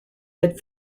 hit